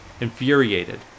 Infuriated